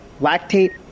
lactate